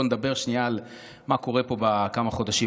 בואו נדבר שנייה על מה קורה פה בכמה חודשים